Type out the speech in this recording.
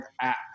app